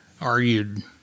argued